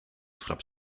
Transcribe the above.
frappe